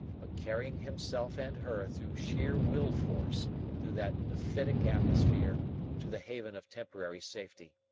but carrying himself and her through sheer will-force through that mephitic atmosphere to the haven of temporary safety.